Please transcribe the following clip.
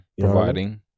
Providing